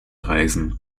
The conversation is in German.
reisen